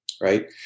right